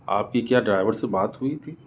آپ کی کیا ڈرائیور سے بات ہوئی تھی